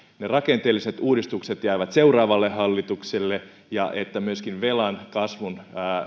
rakenteelliset uudistukset jäävät seuraavalle hallitukselle ja että myöskin velan kasvun